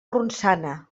ronçana